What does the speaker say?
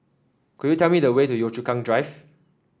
could you tell me the way to Yio Chu Kang Drive